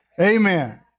Amen